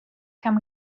can